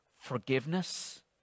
forgiveness